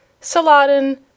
Saladin